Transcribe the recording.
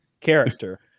character